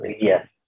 yes